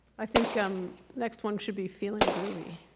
i think um next one should be feeling groovy